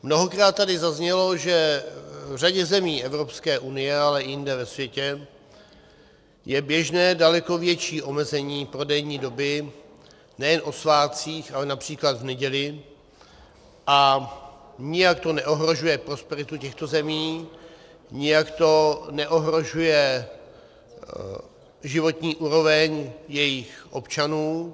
Mnohokrát tady zaznělo, že v řadě zemí Evropské unie, ale i jinde ve světě je běžné daleko větší omezení prodejní doby nejen o svátcích, ale například v neděli a nijak to neohrožuje prosperitu těchto zemí, nijak to neohrožuje životní úroveň jejich občanů.